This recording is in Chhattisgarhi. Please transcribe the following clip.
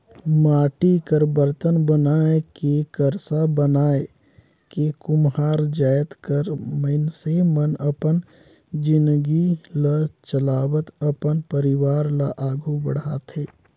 माटी कर बरतन बनाए के करसा बनाए के कुम्हार जाएत कर मइनसे मन अपन जिनगी ल चलावत अपन परिवार ल आघु बढ़ाथे